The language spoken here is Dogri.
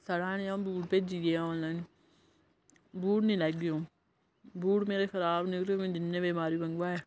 छड़ा नेआ बूट भेजी गेआ आनलाइन बूट नी लैगी अ'ऊं बूट मेरे खराब निकले में जिन्ने बी बारी मंगवाए